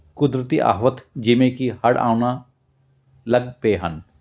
ਕੁਦਰਤੀ ਆਫਤ ਜਿਵੇਂ ਕਿ ਹੜ੍ਹ ਆਉਣਾ ਲੱਗ ਪਏ ਹਨ